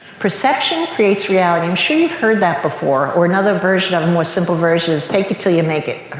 perception creates reality. i'm sure you've heard that before or another version, a more simple version, is fake it til you make it.